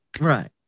Right